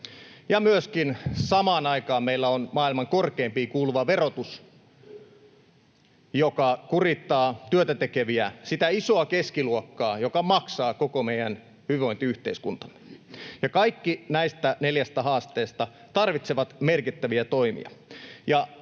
Ja samaan aikaan meillä on maailman korkeimpiin kuuluva verotus, joka kurittaa työtätekeviä, sitä isoa keskiluokkaa, joka maksaa koko meidän hyvinvointiyhteiskuntamme. Kaikki näistä neljästä haasteesta tarvitsevat merkittäviä toimia,